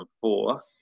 four